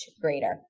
greater